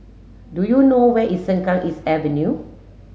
do you know where is Sengkang East Avenue